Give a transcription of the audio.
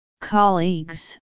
colleagues